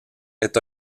est